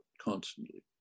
constantly